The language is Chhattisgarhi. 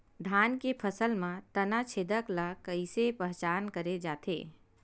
धान के फसल म तना छेदक ल कइसे पहचान करे जाथे?